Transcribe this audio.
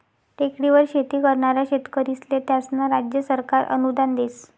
टेकडीवर शेती करनारा शेतकरीस्ले त्यास्नं राज्य सरकार अनुदान देस